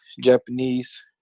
Japanese